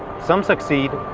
some succeed,